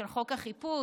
של חוק החיפוש,